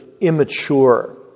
immature